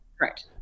Correct